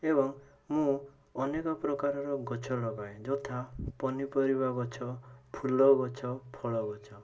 ଏବଂ ମୁଁ ଅନେକ ପ୍ରକାରର ଗଛ ଲଗାଏ ଯଥା ପନିପରିବା ଗଛ ଫୁଲ ଗଛ ଫଳ ଗଛ